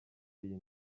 ari